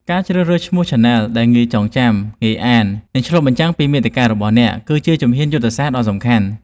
ការជ្រើសរើសឈ្មោះឆានែលដែលងាយចងចាំ ងាយអាន និងឆ្លុះបញ្ចាំងពីមាតិការបស់អ្នក គឺជាជំហានយុទ្ធសាស្ត្រដ៏សំខាន់។